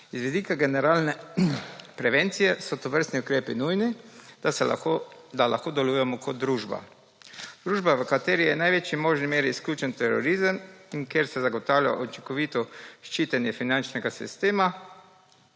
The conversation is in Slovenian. Z vidika generalne prevencije so tovrstni ukrepi nujni, da lahko delujemo kot družba. Družba, v kateri je v največji možni meri izključen terorizem in ker se zagotavlja učinkovito ščitenje finančnega sistema,